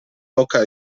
boca